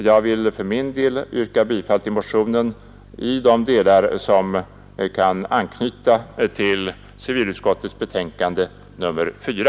Jag vill för min del yrka bifall till motionen i de delar som har anknytning till civilutskottets betänkande nr 4.